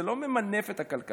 זה לא ממנף את הכלכלה.